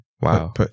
Wow